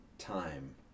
time